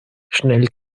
schnell